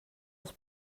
els